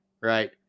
right